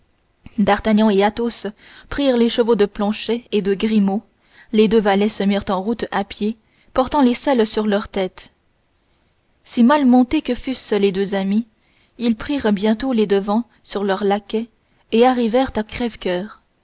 d'artagnan et athos prirent les chevaux de planchet et de grimaud les deux valets se mirent en route à pied portant les selles sur leurs têtes si mal montés que fussent les deux amis ils prirent bientôt les devants sur leurs valets et arrivèrent à crèvecoeur